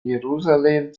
jerusalem